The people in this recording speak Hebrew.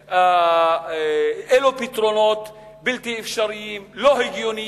אלו פתרונות בלתי אפשריים, לא הגיוניים.